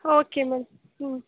okay ma'am ம்